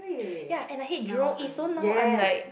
ya and I hate Jurong-East so I'm like